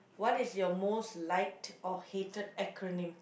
what is your most liked or hated acronym